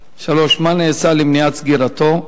3. מה נעשה למניעת סגירתו?